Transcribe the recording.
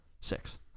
Six